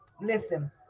Listen